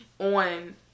On